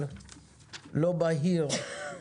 במאי סל כרטיסי הלוואות